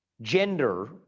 gender